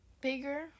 bigger